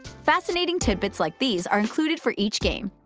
fascinating tidbits like these are included for each game.